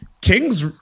Kings